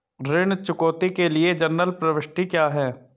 ऋण चुकौती के लिए जनरल प्रविष्टि क्या है?